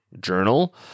Journal